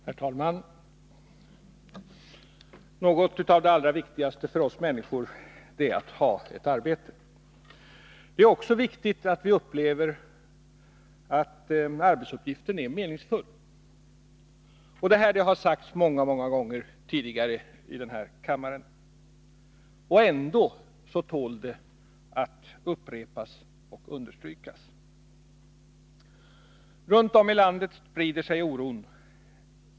Herr talman! Något av det allra viktigaste för oss människor är att ha ett arbete. Det är också viktigt att vi upplever att arbetsuppgiften är meningsfull. Detta har sagts många, många gånger tidigare i denna kammare, och ändå tål det att upprepas och understrykas. Runt om i landet sprider sig oron.